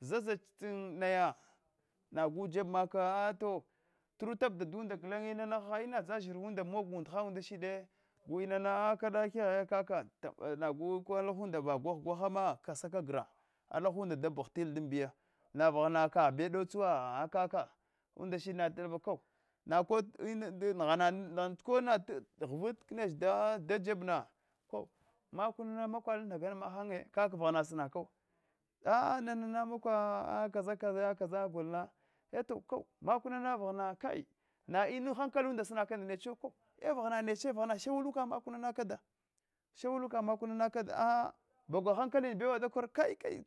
Zazache tinnaya nagu jeb maka aa to tiutabocxh dadaunda gulanye inana hant inadzas hurwa mog umlache shite gu mana kada kaghe kaka tab nafgu ko alahunda vaguleh ghkehhama kasaka gra alahunda da pagh tile damdiys nauaghama kagh bewo dotsuwa aa'a kake umlashutans bako nako ko naghvat nache kag nech dajebna ko maknana makwa a kaza kaza gouna eto to makunama vaghana kai na irini hankalaanda sinakana nedechewo ko ena vaghana neche va shawaluk makuna kada shawaluka makara kada bagula kaukachi bawo do kor kar kai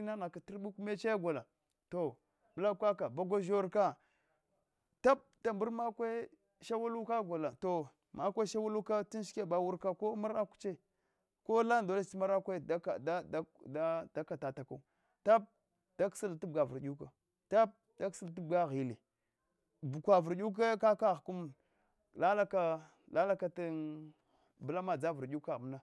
inangok to bubok kaka bagwa zhorka dab kamar makwe shawachuka gola to makwe ko marakuche ko lala ndo che marakwe daka dakatatabuku dada dokse tabsa vir ikwe dab dakse tabga ghyele bukwa vir duka ka kaghkam lalaka ta bula ma dsa vir duka kaghmna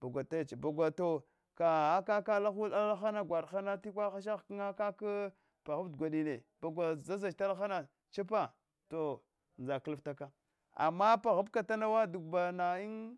bagula todseche baggula to kaka alaha alahun alahana ghuladhema tikuk hasha hkna kaka paghf ghladine bagula zazch tuma alalana chipa to ndsa kiftaka ama paghab ka tanawa duba wa in